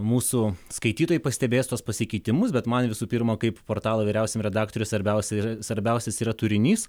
mūsų skaitytojai pastebės tuos pasikeitimus bet man visų pirma kaip portalo vyriausiam redaktoriui svarbiausia yra svarbiausias yra turinys